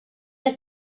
del